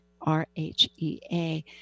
R-H-E-A